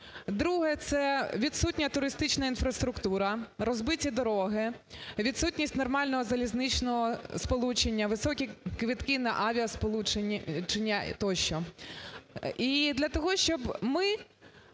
Друге – це відсутня туристична інфраструктура, розбиті дороги, відсутність нормального залізничного сполучення, високі квитки на авіасполучення тощо.